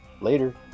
later